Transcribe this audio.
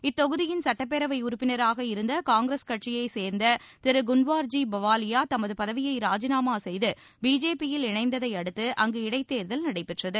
இத்தொகுதியின் சுட்டப்பேரவை உறுப்பினராக இருந்த காங்கிரஸ் கட்சியைச் சேர்ந்த திரு குன்வார்ஜி பவாலியா தமது பதவியை ராஜினாமா செய்து பிஜேபியில் இணைந்ததை அடுத்து அங்கு இடைத்தேர்தல் நடைபெற்றது